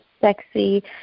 sexy